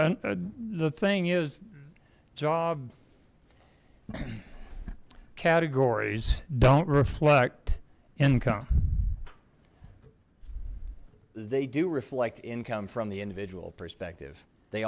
and the thing is job categories don't reflect income they do reflect income from the individual perspective they